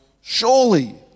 Surely